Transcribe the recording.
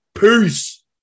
Peace